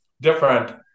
different